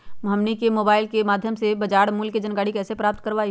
हमनी के मोबाइल के माध्यम से बाजार मूल्य के जानकारी कैसे प्राप्त करवाई?